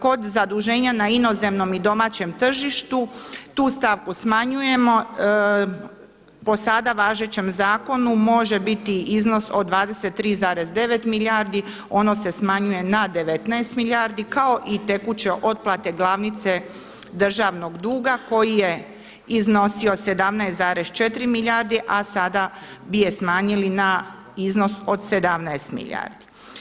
Kod zaduženja na inozemstvu i domaćem tržištu, tu stavku smanjujemo po sada važećem zakonu može biti iznos od 23,9 milijardi, ono se smanjuje na 19 milijardi kao i tekuće otplate glavnice državnog duga koji je iznosio 17,4 milijardi, a sada bi je smanjili na iznos od 17 milijardi.